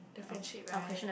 differentiate right